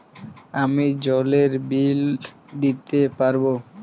আমি জলের বিল দিতে পারবো?